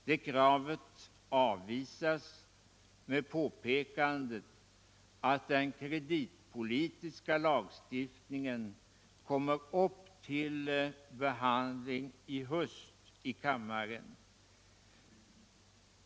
Det kravet avvisas med påpekandet att den kreditpolitiska lagstiftningen kommer upp till behandling i höst i kammaren.